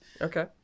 Okay